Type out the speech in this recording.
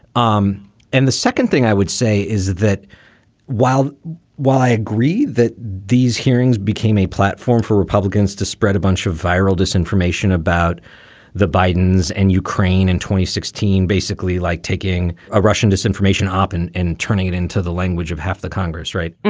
um and the second thing i would say is that while while i agree that these hearings became a platform for republicans to spread a bunch of viral disinformation about the bidens and ukraine and sixteen, basically like taking a russian disinformation op and and turning it into the language of half the congress. right.